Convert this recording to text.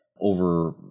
over